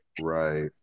Right